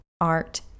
art